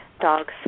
dog's